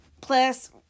Plus